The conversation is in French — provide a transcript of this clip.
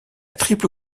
triple